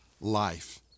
life